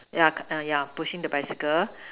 yeah err yeah pushing the bicycle